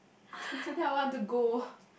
then I want to go